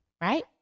right